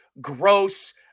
gross